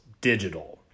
digital